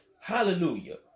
hallelujah